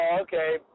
okay